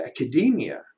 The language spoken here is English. academia